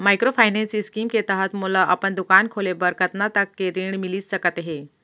Microfinance scheme के तहत मोला अपन दुकान खोले बर कतना तक के ऋण मिलिस सकत हे?